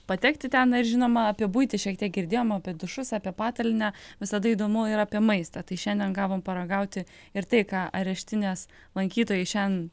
patekti ten na ir žinoma apie buitį šiek tiek girdėjom apie dušus apie patalynę visada įdomu ir apie maistą tai šiandien gavom paragauti ir tai ką areštinės lankytojai šian